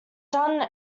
son